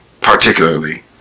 particularly